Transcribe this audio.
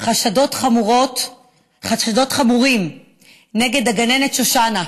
חשדות חמורים נגד הגננת שושנה,